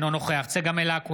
אינו נוכח צגה מלקו,